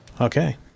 okay